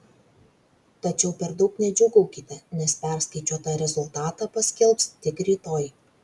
tačiau per daug nedžiūgaukite nes perskaičiuotą rezultatą paskelbs tik rytoj